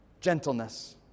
gentleness